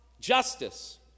justice